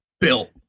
bill